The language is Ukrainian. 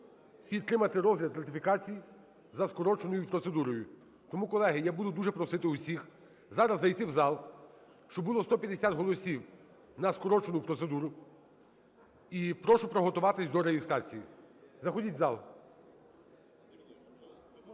підтримати розгляд ратифікацій за скороченою процедурою. Тому, колеги, я буду дуже просити усіх зараз зайти в зал, щоб було 150 голосів на скорочену процедуру. І прошу приготуватись до реєстрації. Заходіть у зал.